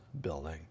building